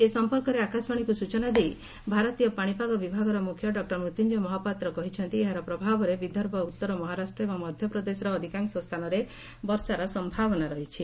ଏ ସମ୍ପର୍କରେ ଆକାଶବାଣୀକୁ ସୂଚନା ଦେଇ ଭାରତୀୟ ପାଣିପାଗ ବିଭାଗର ମୁଖ୍ୟ ଡକ୍ଟର ମୃତ୍ୟୁଞ୍ଜୟ ମହାପାତ୍ର କହିଛନ୍ତି ଏହାର ପ୍ରଭାବରେ ବିଦର୍ଭ ଉତ୍ତର ମହାରାଷ୍ଟ୍ର ଏବଂ ମଧ୍ୟପ୍ରଦେଶର ଅଧିକାଂଶ ସ୍ଥାନରେ ବର୍ଷାର ସମ୍ଭାବନା ରହିଛି